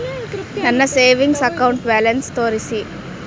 ನನ್ನ savings account balance ತೋರಿಸಿ?